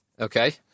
Okay